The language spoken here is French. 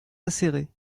acérées